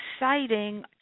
exciting